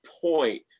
point